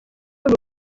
buri